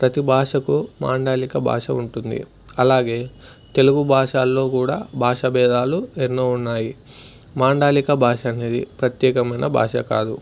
ప్రతి భాషకు మాండలిక భాష ఉంటుంది అలాగే తెలుగు భాషల్లో కూడా భాష భేదాలు ఎన్నో ఉన్నాయి మాండలిక భాష అనేది ప్రత్యేకమైన భాష కాదు